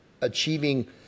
achieving